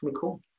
cool